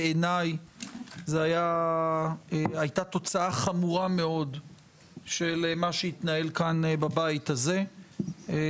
זו הייתה תוצאה חמורה מאוד של מה שהתנהל כאן בבית הזה.